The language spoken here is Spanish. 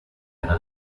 era